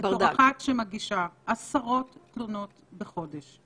בתור אחת שמגישה עשרות תלונות בחודש,